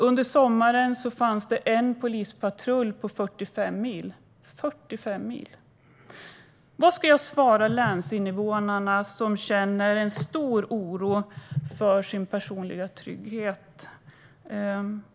Under sommaren fanns en polispatrull på 45 mil. Vad ska jag svara de länsinvånare som känner en stor oro för sin personliga trygghet?